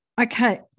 okay